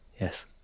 yes